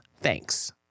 Thanks